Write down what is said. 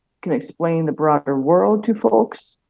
can explain the broader world to folks,